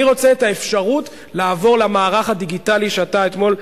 אני רוצה את האפשרות לעבור למערך הדיגיטלי שאתה אתמול,